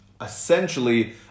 essentially